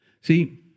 See